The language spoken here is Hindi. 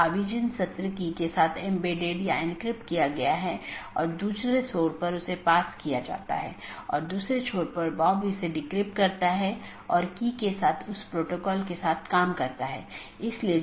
जैसे मैं कहता हूं कि मुझे वीडियो स्ट्रीमिंग का ट्रैफ़िक मिलता है या किसी विशेष प्रकार का ट्रैफ़िक मिलता है तो इसे किसी विशेष पथ के माध्यम से कॉन्फ़िगर या चैनल किया जाना चाहिए